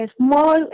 small